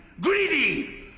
greedy